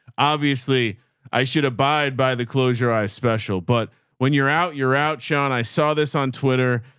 obviously i should abide by the close your eyes special. but when you're out, you're out, sean, i saw this on twitter,